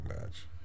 match